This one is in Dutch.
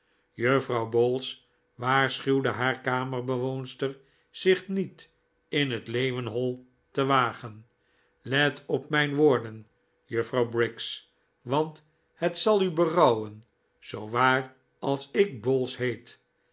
juffrouw bowls waarschuwde haar kamerbewoonster zich niet in het leeuwenhol te wagen let op mijn woorden juffrouw briggs want het zal u berouwen zoo waar als ik bowls heet